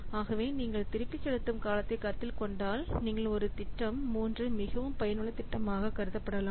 ஆகவே நீங்கள் திருப்பிச் செலுத்தும் காலத்தை கருத்தில் கொண்டால் நீங்கள் ஒரு திட்டம் 3 மிகவும் பயனுள்ள திட்டமாக கருதப்படலாம்